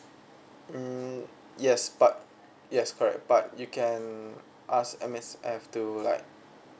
um yes but yes correct but you can ask M_S_F to like